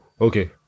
okay